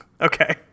Okay